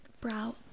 brow